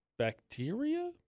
bacteria